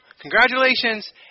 congratulations